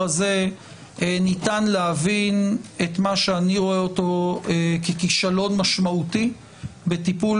הזה ניתן להבין את מה שאני רואה בו כישלון משמעותי בטיפול